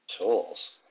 Tools